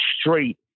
straight